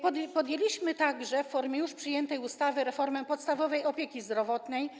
Przeprowadziliśmy także, w formie już przyjętej ustawy, reformę podstawowej opieki zdrowotnej.